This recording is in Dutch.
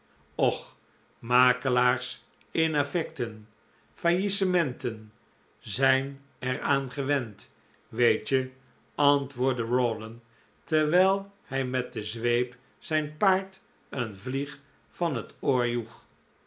och makelaars in effecten faillissementen zijn eraangewend weet je antwoordde rawdon terwijl hij met de zweep zijn paard een vlieg van het